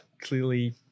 clearly